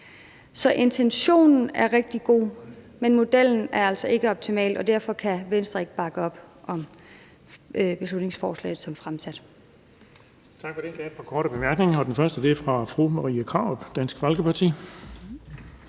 Så intentionen er rigtig god, men modellen er altså ikke optimal, og derfor kan Venstre ikke bakke op om beslutningsforslaget som fremsat.